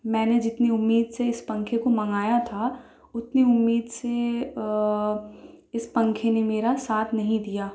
میں نے جتنی امید سے اس پنکھے کو منگایا تھا اتنی امید سے اس پنکھے نے میرا ساتھ نہیں دیا